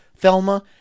Thelma